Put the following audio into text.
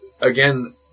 again